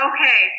Okay